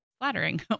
flattering